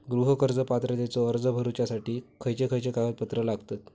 गृह कर्ज पात्रतेचो अर्ज भरुच्यासाठी खयचे खयचे कागदपत्र लागतत?